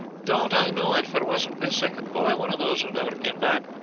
don't i know it, for wasn't my second boy one of those who never came back.